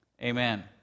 amen